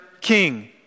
king